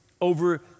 over